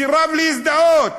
סירב להזדהות.